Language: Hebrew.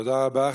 תודה רבה.